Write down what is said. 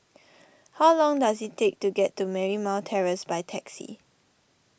how long does it take to get to Marymount Terrace by taxi